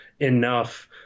enough